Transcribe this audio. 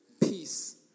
peace